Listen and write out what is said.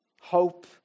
Hope